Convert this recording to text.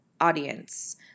audience